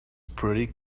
pretty